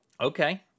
Okay